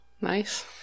nice